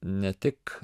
ne tik